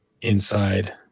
inside